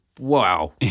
wow